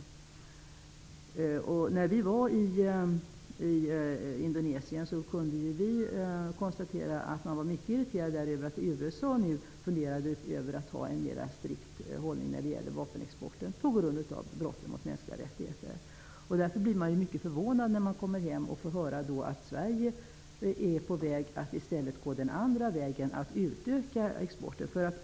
Vi kunde när vi var i Indonesien konstatera att man där var mycket irriterad över att USA nu funderar över att inta en mer strikt hållning när det gäller vapenexporten på grund av de brott mot de mänskliga rättigheterna som begås. Jag blev därför mycket förvånad när jag kom hem och fick höra att Sverige i stället är på väg åt andra hållet och utökar exporten.